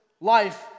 life